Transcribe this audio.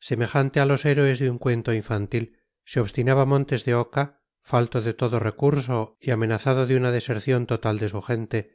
semejante a los héroes de un cuento infantil se obstinaba montes de oca falto de todo recurso y amenazado de una deserción total de su gente